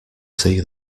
see